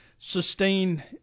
sustain